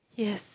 yes